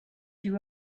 you